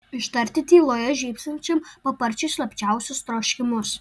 ištarti tyloje žybsinčiam paparčiui slapčiausius troškimus